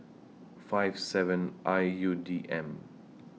five seven I U D M